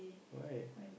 why